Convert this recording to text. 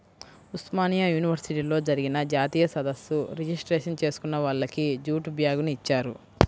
ఉస్మానియా యూనివర్సిటీలో జరిగిన జాతీయ సదస్సు రిజిస్ట్రేషన్ చేసుకున్న వాళ్లకి జూటు బ్యాగుని ఇచ్చారు